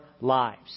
lives